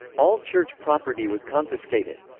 all church property was confiscated.